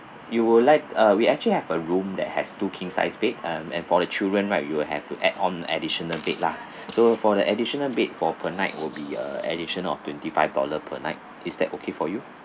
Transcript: you would like uh we actually have a room that has to king size bed um and for the children right you will have to add on additional bed lah so for the additional bed for the night will be a additional of twenty five dollar per night is that okay for you